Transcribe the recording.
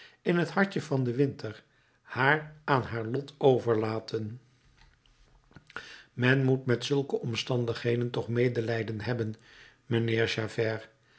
in t hartje van den winter haar aan haar lot overlaten men moet met zulke omstandigheden toch medelijden hebben mijnheer javert